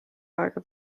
aega